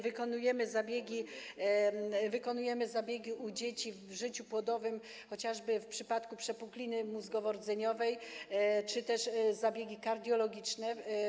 Wykonujemy m.in. zabiegi u dzieci w życiu płodowym chociażby w przypadku przepukliny mózgowo-rdzeniowej, czy też zabiegi kardiologiczne.